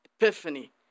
Epiphany